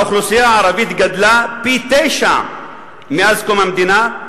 האוכלוסייה הערבית גדלה פי-תשעה מאז קום המדינה,